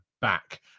back